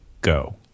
go